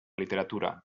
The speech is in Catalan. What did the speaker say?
literatura